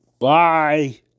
Bye